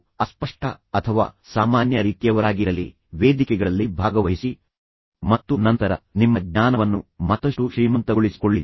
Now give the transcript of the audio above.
ನೀವು ಅಸ್ಪಷ್ಟ ರೀತಿಯವರಾಗಿರಲಿ ಅಥವಾ ಸಾಮಾನ್ಯ ರೀತಿಯವರಾಗಿರಲಿ ವೇದಿಕೆಗಳಲ್ಲಿ ಭಾಗವಹಿಸಿ ಮತ್ತು ನಂತರ ನಿಮ್ಮ ಜ್ಞಾನವನ್ನು ಮತ್ತಷ್ಟು ಶ್ರೀಮಂತಗೊಳಿಸಿಕೊಳ್ಳಿರಿ